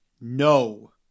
no